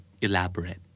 elaborate